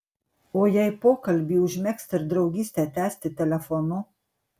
o jei pokalbį užmegzti ir draugystę tęsti telefonu